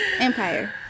Empire